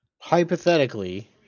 hypothetically